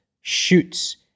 shoots